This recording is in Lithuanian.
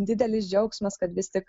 didelis džiaugsmas kad vis tik